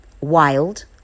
Wild